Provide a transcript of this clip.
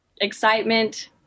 excitement